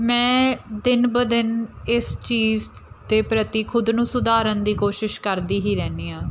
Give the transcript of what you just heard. ਮੈਂ ਦਿਨ ਬ ਦਿਨ ਇਸ ਚੀਜ਼ ਦੇ ਪ੍ਰਤੀ ਖੁਦ ਨੂੰ ਸੁਧਾਰਨ ਦੀ ਕੋਸ਼ਿਸ਼ ਕਰਦੀ ਹੀ ਰਹਿੰਦੀ ਹਾਂ